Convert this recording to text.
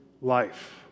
life